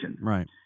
Right